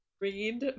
read